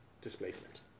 displacement